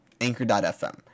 Anchor.fm